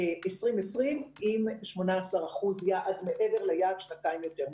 ב-2020, עם 18% מעבר ליעד שנתיים יותר מוקדם.